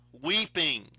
Weeping